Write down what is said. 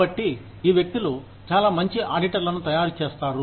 కాబట్టి ఈ వ్యక్తులు చాలా మంచి ఆడిటర్లను తయారు చేస్తారు